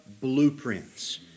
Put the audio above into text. blueprints